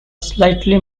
slightly